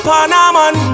Panaman